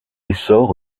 essor